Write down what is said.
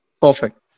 Perfect